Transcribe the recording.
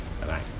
Bye-bye